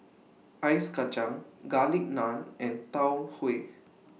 Ice Kacang Garlic Naan and Tau Huay